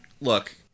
look